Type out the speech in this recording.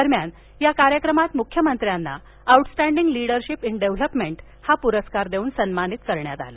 दरम्यान या कार्यक्रमात मुख्यमंत्र्यांना वाउटस्टेंन्डींग लीडरशिप इन डेव्हलपमेंट हा पुरस्कार देऊन सन्मानित करण्यात आलं